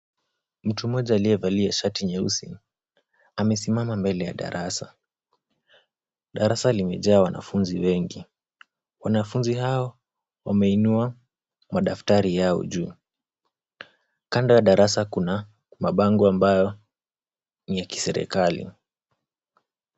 Mtu moja aliyevalia shati nyeusi amesimama mbele ya darasa. Darasa limejaa wanafunzi wengi, wanafunzi hao wameinua madaftari yao juu. Kando ya darasa kuna mabango ambayo ni ya kiserikali.